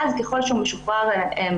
ואז, ככל שהוא משוחרר מאשפוז,